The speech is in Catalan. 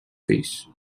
fills